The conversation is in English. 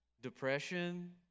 Depression